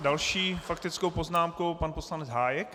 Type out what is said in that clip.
Další s faktickou poznámkou pan poslanec Hájek.